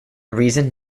reason